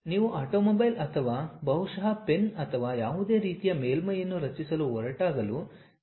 ನೀವು ಆಟೋಮೊಬೈಲ್ ಅಥವಾ ಬಹುಶಃ ಪೆನ್ ಅಥವಾ ಯಾವುದೇ ರೀತಿಯ ಮೇಲ್ಮೈಯನ್ನು ರಚಿಸಲು ಹೊರಟಾಗಲೂ ಅದೇ ಸಂಭವಿಸುತ್ತದೆ